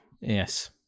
Yes